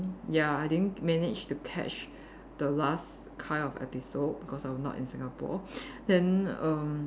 ya I didn't manage to catch the last kind of episode because I was not in Singapore then erm